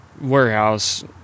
warehouse